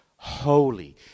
Holy